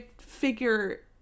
figure